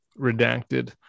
redacted